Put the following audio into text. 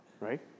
Right